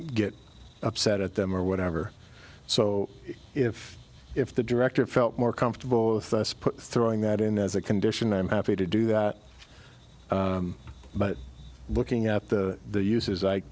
get upset at them or whatever so if if the director felt more comfortable with us put throwing that in as a condition i'm happy to do that but looking at the uses i